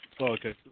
okay